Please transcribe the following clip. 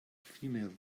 females